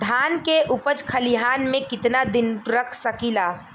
धान के उपज खलिहान मे कितना दिन रख सकि ला?